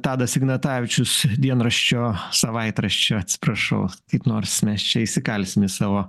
tadas ignatavičius dienraščio savaitraščio atsiprašau kaip nors mes čia įsikalsim į savo